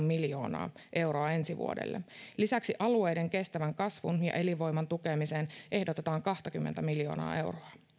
miljoonaa euroa ensi vuodelle lisäksi alueiden kestävän kasvun ja elinvoiman tukemiseen ehdotetaan kahtakymmentä miljoonaa euroa